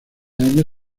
año